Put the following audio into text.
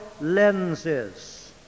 lenses